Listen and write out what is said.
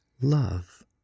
love